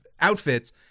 outfits